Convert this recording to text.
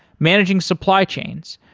managing supply chains,